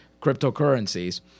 cryptocurrencies